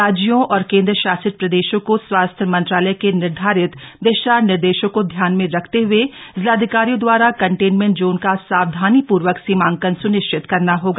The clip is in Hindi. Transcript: राज्यों और केंद्रशासित प्रदेशों को स्वास्थ्य मंत्रालय के निर्धारित दिशा निर्देशों को ध्यान में रखते हए जिलाधिकारियों दवारा कंटेन्मेंट जोन का सावधानीपूर्वक सीमांकन सुनिश्चित करना होगा